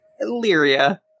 Illyria